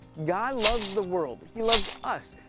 god loves the world, he loves us,